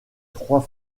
trois